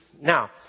Now